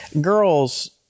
girls